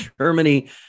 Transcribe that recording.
germany